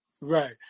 Right